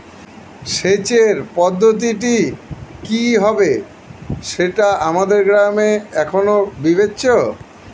সেচের পদ্ধতিটি কি হবে সেটা আমাদের গ্রামে এখনো বিবেচ্য